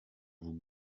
vous